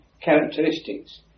characteristics